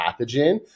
pathogen